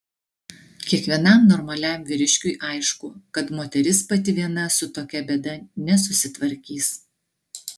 kiekvienam normaliam vyriškiui aišku kad moteris pati viena su tokia bėda nesusitvarkys